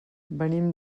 venim